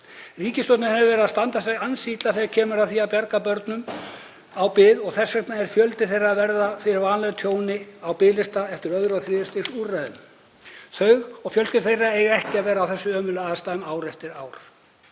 Ríkisstjórnin hefur staðið sig ansi illa þegar kemur að því að bjarga börnum á bið og þess vegna er fjöldi þeirra að verða fyrir varanlegu tjóni á biðlista eftir öðru og þriðja stigs úrræðum. Þau og fjölskyldur þeirra eiga ekki að vera í þessum ömurlegu aðstæðum ár eftir ár,